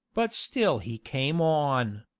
but still he came on.